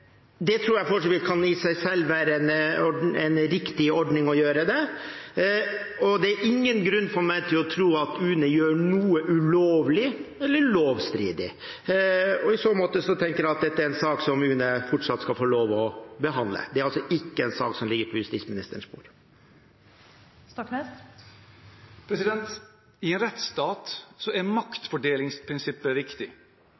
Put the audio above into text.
jeg har ingen grunn til å tro at UNE gjør noe ulovlig eller lovstridig. I så måte tenker jeg at dette er en sak som UNE fortsatt skal få behandle, og dette er altså ikke en sak som ligger på justisministerens bord. I en rettsstat er maktfordelingsprinsippet viktig. Farida-saken har vært igjennom tre rettsinstanser, og en sårbar familie har vunnet alle ganger – mot staten. Så